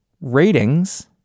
Ratings